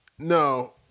No